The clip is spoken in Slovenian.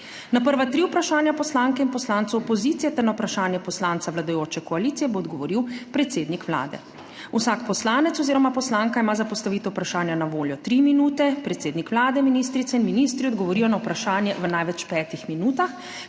Na prva 3 vprašanja poslanke in poslancev opozicije ter na vprašanje poslanca vladajoče koalicije bo odgovoril predsednik Vlade. Vsak poslanec oziroma poslanka ima za postavitev vprašanja na voljo 3 minute, predsednik Vlade, ministrice in ministri odgovorijo na vprašanje v največ 5 minutah.